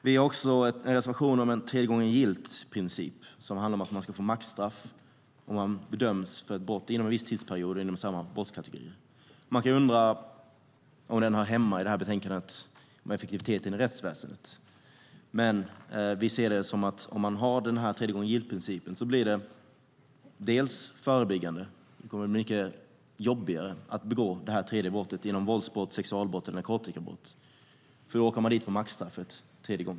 Vi har också en reservation om en tredje-gången-gillt-princip, som handlar om att man ska få maxstraff om man döms för ett brott för tredje gången inom en viss tidsperiod och inom samma brottskategori. Man kan undra om detta hör hemma i det här betänkandet om effektiviteten i rättsväsendet. Men vi ser det som att den här tredje-gången-gillt-principen är förebyggande. Det kommer att bli mycket jobbigare att begå det tredje brottet - det gäller våldsbrott, sexualbrott eller narkotikabrott - för då åker man dit på maxstraffet.